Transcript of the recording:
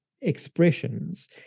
expressions